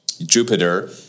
Jupiter